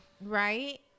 Right